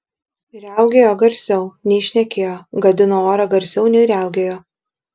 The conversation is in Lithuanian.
riaugėjo garsiau nei šnekėjo gadino orą garsiau nei riaugėjo